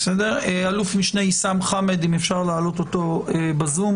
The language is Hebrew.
אלוף משנה ויסאם חאמד אם אפשר להעלות אותו בזום.